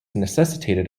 necessitated